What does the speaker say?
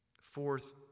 Fourth